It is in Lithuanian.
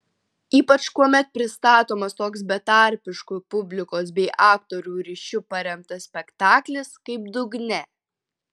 ypač kuomet pristatomas toks betarpišku publikos bei aktorių ryšiu paremtas spektaklis kaip dugne